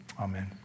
Amen